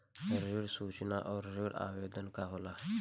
ऋण सूचना और ऋण आवेदन का होला?